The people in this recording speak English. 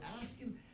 asking